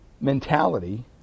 mentality